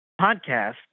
podcast